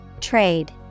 Trade